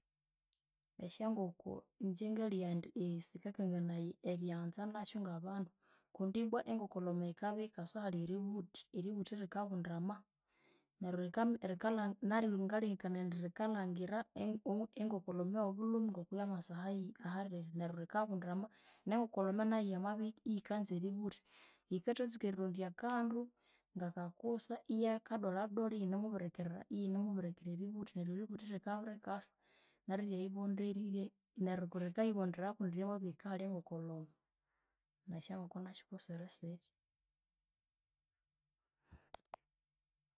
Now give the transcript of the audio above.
Esyangoko ingyengaligha indi eghe sikakanganaya eryanza nasyu ngabandu kundibwa engokolhome yikabya yikahika ahali eributhi, eributhi rikabundama. Neryu rikala rikarikalha naryu ngalengekanaya indi rikalhangira engokolhome yobulhumi ngoku yamasa ahariri neryu rikabundama. Nengokolhome nayu yamabya iyikanza eributhi yikatha tsuka erirondya kandu ngakakusa iyakadolhadolha iyonemubirikirira iyinemubirikirira eributhi neryu eributhi rikarikasa naryu iryayibonderya irya neryu rikayibonderaya kundi ryamabirihika ahali engokolhome. Nesyangoko nasyu kusiri sitya.